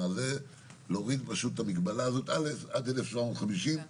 להוריד את המגבלה הזאת של עד 1,750 שקלים.